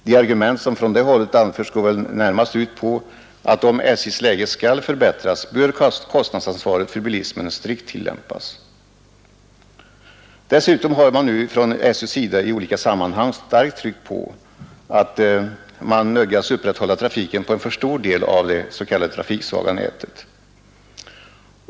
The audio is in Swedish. De argument som från det hållet anförs går närmast ut på att om SJ:s läge skall förbättras, så bör kostnadsansvaret för bilismen strikt tillämpas. Dessutom har man nu från SJ:s sida i olika sammanhang starkt tryckt på att man nödgas upprätthålla trafiken på en för stor del av det s.k. trafiksvaga nätet.